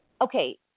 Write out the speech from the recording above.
okay